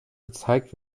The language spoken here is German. gezeigt